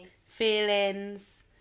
feelings